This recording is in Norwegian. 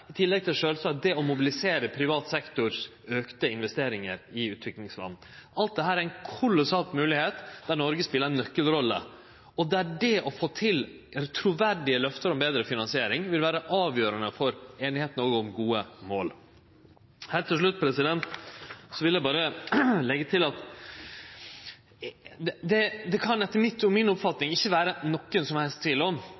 i tillegg til sjølvsagt å mobilisere privat sektors auka investeringar i utviklingsland. Alt dette er ein kolossal moglegheit der Noreg speler ei nøkkelrolle. Å få til truverdige løfte om betre finansiering vil vere avgjerande for einigheiten òg om gode mål. Heilt til slutt vil eg berre leggje til at det kan etter